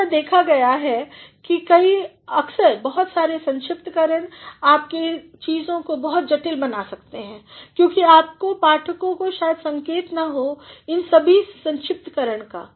ऐसा देखा गया है कि अक्सर बहुत सारे संक्षिप्तकरणआपके चीज़ों को बहुत जटिल बना सकते हैं क्योंकि आपके पाठको को शायद संकेत ना हो उन सभी संक्षिप्तकरण का